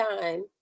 time